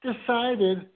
decided